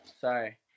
sorry